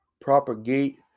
propagate